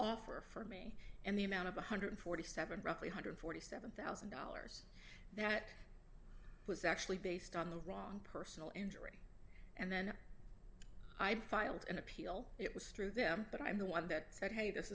offer for me and the amount of one hundred and forty seven dollars roughly eight hundred and forty seven thousand dollars that was actually based on the wrong personal injury and then i filed an appeal it was through them but i'm the one that said hey this